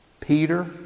Peter